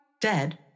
dead